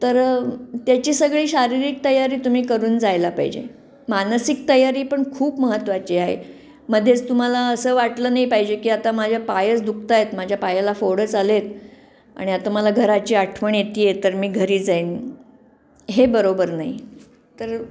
तर त्याची सगळी शारीरिक तयारी तुम्ही करून जायला पाहिजे मानसिक तयारी पण खूप महत्त्वाची आहे मध्येच तुम्हाला असं वाटलं नाही पाहिजे की आता माझ्या पायच दुखत आहेत माझ्या पायाला फोडच आले आहेत आणि आता मला घराची आठवण येते आहे तर मी घरी जाईन हे बरोबर नाही तर